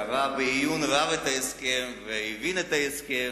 קרא בעיון רב את ההסכם והבין את ההסכם,